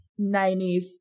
90s